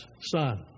son